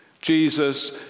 Jesus